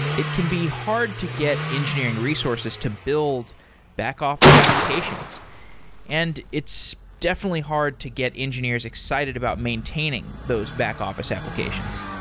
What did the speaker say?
it can be hard to get engineering resources to build back-office applications and it's definitely hard to get engineers excited about maintaining those back-office sed